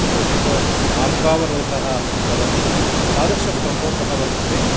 कुत्रचित् मार्गावरोधः भवति तादृशप्रकोपः वर्तते